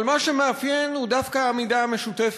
אבל מה שמאפיין הוא דווקא העמידה המשותפת.